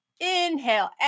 Inhale